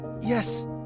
yes